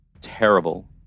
terrible